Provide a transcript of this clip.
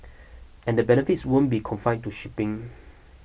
and the benefits wouldn't be confined to shipping